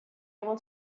able